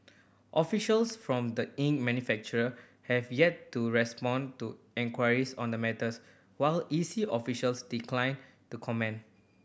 officials from the ink manufacturer have yet to respond to enquiries on the matters while E C officials declined to comment